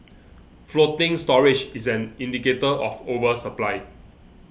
floating storage is an indicator of oversupply